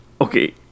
Okay